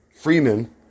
freeman